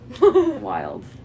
Wild